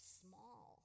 small